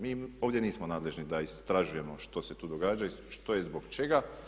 Mi ovdje nismo nadležni da istražujemo što se tu događa i što i zbog čega.